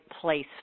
place